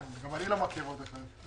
גם אני לא מכיר עוד אחד.